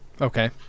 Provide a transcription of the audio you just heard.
Okay